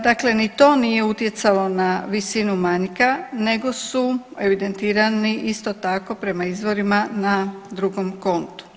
Dakle, ni to nije utjecalo na visinu manjka nego su evidentirani isto tako prema izvorima na drugom kontu.